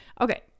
Okay